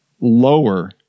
lower